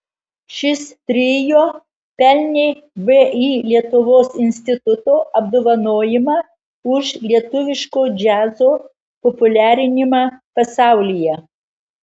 šis trio pelnė vį lietuvos instituto apdovanojimą už lietuviško džiazo populiarinimą pasaulyje